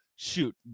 Shoot